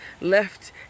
left